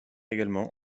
également